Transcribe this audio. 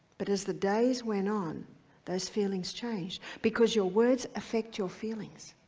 but as the days went on those feelings changed because your words effect your feelings.